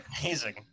amazing